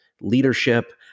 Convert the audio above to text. leadership